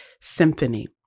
symphony